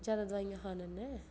जैदा दोआइयां खाने कन्नै